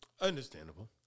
Understandable